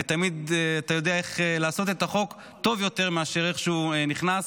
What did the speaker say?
ותמיד אתה יודע איך לעשות את החוק טוב יותר מאשר איך שהוא נכנס.